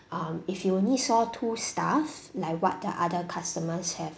um if you only saw two staff like what the other customers have